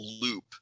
loop